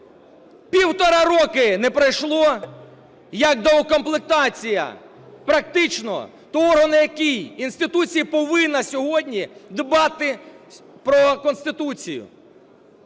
Півтора роки не пройшло, як доукомплектація практично того органу, який… інституція провинна сьогодні дбати про Конституцію.